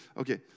okay